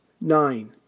nine